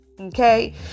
Okay